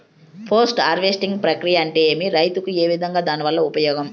Post harvesting ప్రక్రియ అంటే ఏమి? రైతుకు ఏ విధంగా దాని వల్ల ఉపయోగం?